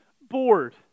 bored